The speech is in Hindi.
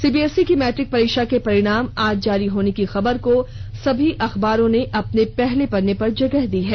सीबीएसई की मैट्रिक परीक्षा के परिणाम आज जारी होने की खबर को सभी अखबारों ने अपने पहले पेज पर जगह दी है